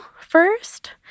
first